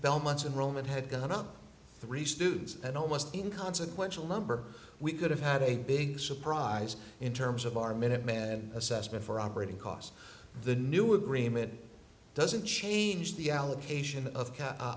belmont's in rome it had gone up three stews and almost in consequential number we could have had a big surprise in terms of our minute man assessment for operating costs the new agreement doesn't change the allocation of ca